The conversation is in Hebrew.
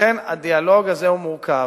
לכן, הדיאלוג הזה הוא מורכב.